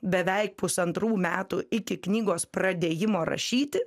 beveik pusantrų metų iki knygos pradėjimo rašyti